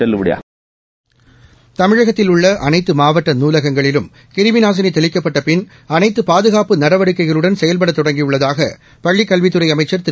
seconds தமிழகத்தில் உள்ள அனைத்து மாவட்ட நூலகங்களிலும் கிருமி நாசினி தெளிக்கப்பட்ட பின் அனைத்து பாதுகாப்பு நடவடிக்கைகளுடன் செயல்படத் தொடங்கியுள்ளதாக பள்ளிக் கல்வித்துறை அமைச்சர் திரு